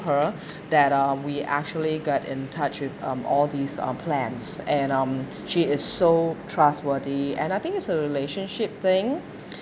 her that uh we actually got in touch with um all these um plans and um she is so trustworthy and I think it's a relationship thing